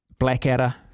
Blackadder